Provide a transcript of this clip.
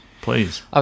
Please